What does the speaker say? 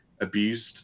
abused